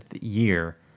year